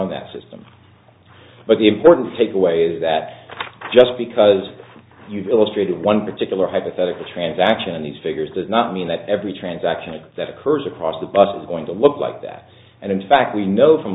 around that system but the important takeaway is that just because you've illustrated one particular hypothetical transaction these figures does not mean that every transaction that occurs across the bus is going to look like that and in fact we know from